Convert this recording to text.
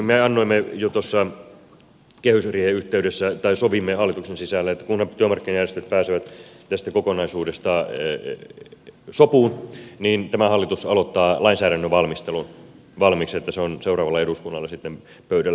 me sovimme jo tuossa kehysriihen yhteydessä hallituksen sisällä että kunhan työmarkkinajärjestöt pääsevät tästä kokonaisuudesta sopuun niin tämä hallitus aloittaa lainsäädännön valmistelun valmiiksi että se on seuraavalla eduskunnalla sitten pöydällä